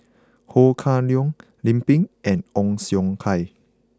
Ho Kah Leong Lim Pin and Ong Siong Kai